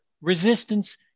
resistance